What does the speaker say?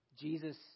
Jesus